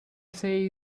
say